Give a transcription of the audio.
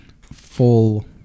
full